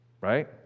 right